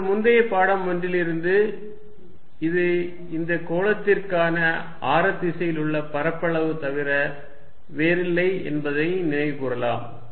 நமது முந்தைய பாடம் ஒன்றிலிருந்து இது இந்த கோளத்திற்கான ஆர திசையில் உள்ள பரப்பளவு தவிர வேறில்லை என்பதை நினைவு கூறலாம்